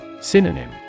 Synonym